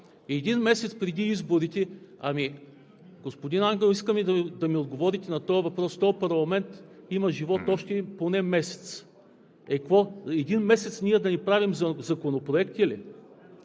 Един месец преди изборите! Ами, господин Ангелов, искам да ми отговорите на този въпрос: този парламент има живот още поне месец – е, какво, един месец ние да не правим законопроекти ли?